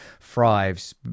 thrives